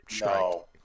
No